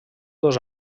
dos